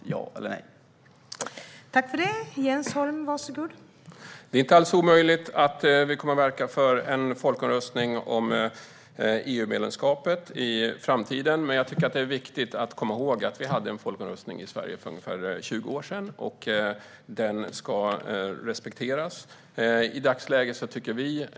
Svara ja eller nej på det!